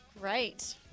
Great